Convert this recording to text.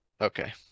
Okay